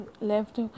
Left